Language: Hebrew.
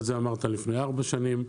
את זה אמרת לפני ארבע שנים,